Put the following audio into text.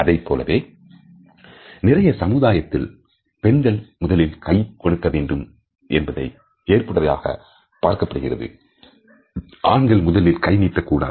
அதைப்போலவே நிறைய சமுதாயத்தில் பெண்கள் முதலில் கையை கொடுக்க வேண்டும் என்பதை ஏற்புடையதாக பார்க்கப்படுகிறது ஆண்கள் முதலில் கை நீட்டக்கூடாது